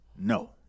No